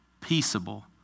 peaceable